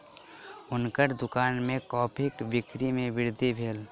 हुनकर दुकान में कॉफ़ीक बिक्री में वृद्धि भेल